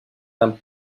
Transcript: tan